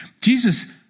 Jesus